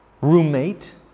roommate